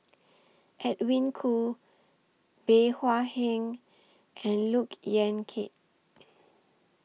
Edwin Koo Bey Hua Heng and Look Yan Kit